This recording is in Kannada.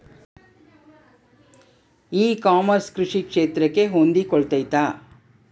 ಇ ಕಾಮರ್ಸ್ ಕೃಷಿ ಕ್ಷೇತ್ರಕ್ಕೆ ಹೊಂದಿಕೊಳ್ತೈತಾ?